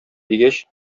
дигәч